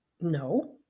No